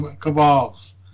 cabals